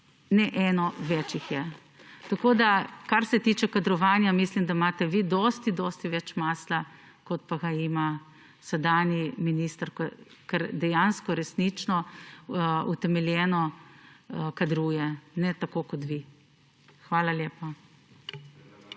ne eno, več jih je. Kar se tiče kadrovanja, mislim, da imate vi dosti dosti več masla, kot pa ga ima sedanji minister, ker dejansko resnično utemeljeno kadruje, ne tako kot vi. Hvala lepa.